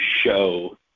show